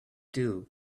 too